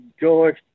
George